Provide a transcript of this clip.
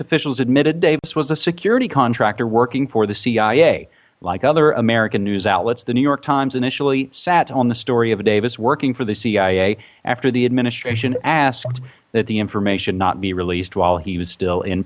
officials admitted davis was a security contractor working for the cia like other american news outlets the new york times initially sat on the story of davis working for the cia after the administration asked that the information not be released while he was still in